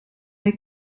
hay